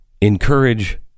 Encourage